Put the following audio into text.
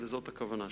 וזאת הכוונה שלי.